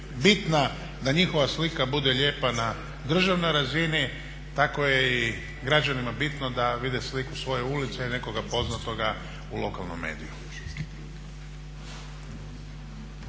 bitna da njihova slika bude lijepa na državnoj razini tako je i građanima bitno da vide sliku svoje ulice i nekoga poznatoga u lokalnom mediju.